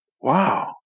wow